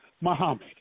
Muhammad